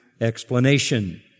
explanation